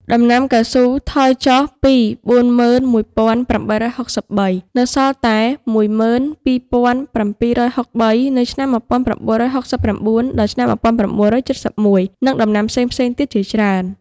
ដំណាំកៅស៊ូថយចុះពី ៤១៨៦៣ នៅសល់តែ ១២៧៦៣ នៅឆ្នាំ ១៩៦៩ ដល់ ឆ្នាំ១៩៧១ និងដំណាំ ផ្សេងៗទៀតជាច្រើន។